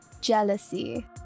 jealousy